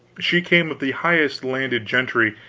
she came of the highest landed gentry,